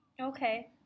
Okay